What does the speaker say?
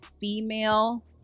female